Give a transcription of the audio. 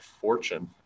fortune